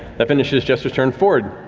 that finishes jester's turn. fjord.